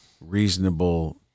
reasonable